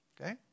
Okay